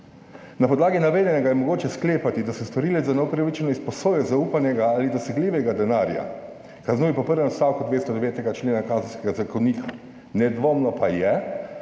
Na podlagi navedenega je mogoče sklepati, da se storilec za neupravičeno izposojo zaupanega ali dosegljivega denarja kaznuje po prvem odstavku 209. člena Kazenskega zakonika. Nedvomno pa je,